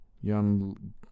young